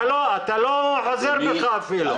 אתה לא חוזר בך אפילו.